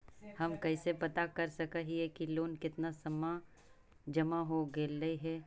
हम कैसे पता कर सक हिय की लोन कितना जमा हो गइले हैं?